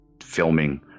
filming